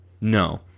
no